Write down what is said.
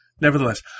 nevertheless